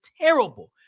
terrible